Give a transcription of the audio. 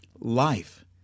life